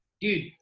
dude